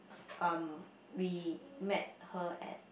um we met her at